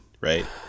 right